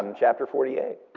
um chapter forty eight.